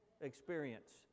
experience